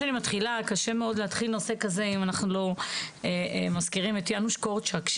קשה מאוד להתחיל נושא כזה בלי להזכיר את יאנוש קורצ'ק.